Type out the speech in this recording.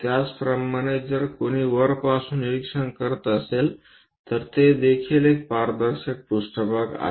त्याचप्रमाणे जर कोणी वरपासून निरीक्षण करीत असेल तर ते देखील एक पारदर्शक पृष्ठभाग आहे